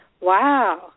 wow